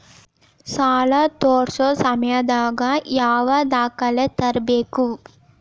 ಸಾಲಾ ತೇರ್ಸೋ ಸಮಯದಾಗ ಯಾವ ದಾಖಲೆ ತರ್ಬೇಕು?